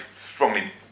strongly